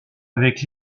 avec